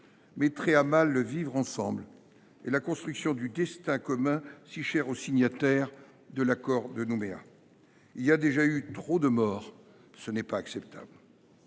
mettrait à mal le vivre ensemble et la construction du destin commun si cher aux signataires de l’accord de Nouméa. Il y a déjà eu trop de morts, ce n’est pas acceptable.